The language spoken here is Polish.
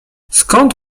skąd